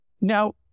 now